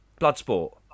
Bloodsport